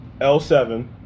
L7